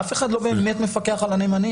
אף אחד לא באמת מפקח על הנאמנים,